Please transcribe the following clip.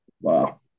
Wow